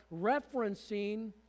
referencing